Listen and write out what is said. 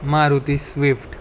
Maruti Swift